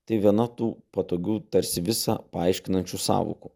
tai viena tų patogių tarsi visa paaiškinančių sąvokų